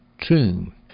tomb